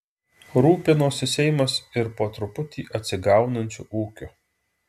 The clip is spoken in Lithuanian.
rūpinosi seimas ir po truputį atsigaunančiu ūkiu